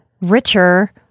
richer